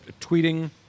tweeting